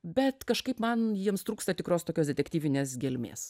bet kažkaip man jiems trūksta tikros tokios detektyvinės gelmės